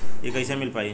इ कईसे मिल पाई?